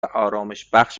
آرامشبخش